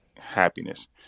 happiness